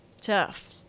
tough